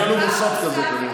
מוסד כזה, כנראה.